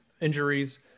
injuries